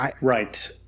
Right